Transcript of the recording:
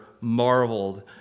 marveled